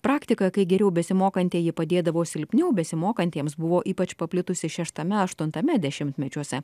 praktika kai geriau besimokantieji padėdavo silpniau besimokantiems buvo ypač paplitusi šeštame aštuntame dešimtmečiuose